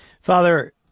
Father